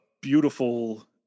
beautiful